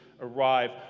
arrive